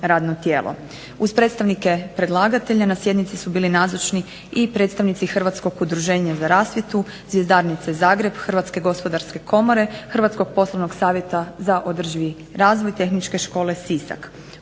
Uz predstavnike predlagatelja na sjednicu su bili nazočni i predstavnici Hrvatskog udruženja za rasvjetu zvjezdarnice Zagreb, Hrvatske gospodarske komore, Hrvatskog poslovnog savjeta za održivi razvoj tehničke škole Sisak.